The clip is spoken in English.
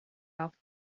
off